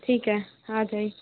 ठीक है आ जाएँ